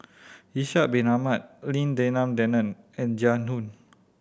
Ishak Bin Ahmad Lim Denan Denon and Jiang Hu